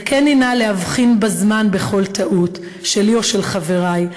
זכני נא להבחין בזמן בכל טעות, שלי או של חברי,